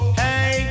hey